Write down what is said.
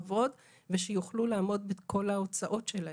שהוא קיום בכבוד ושיוכלו לעמוד בכל ההוצאות שלהן,